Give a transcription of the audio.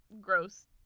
gross